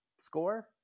score